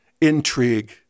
intrigue